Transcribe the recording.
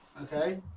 Okay